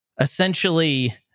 essentially